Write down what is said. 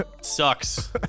Sucks